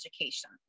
education